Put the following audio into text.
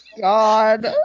god